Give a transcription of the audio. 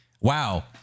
Wow